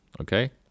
okay